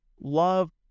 love